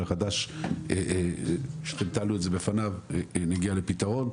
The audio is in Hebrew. החדש תעלו את זה בפניו ונגיע לפתרון.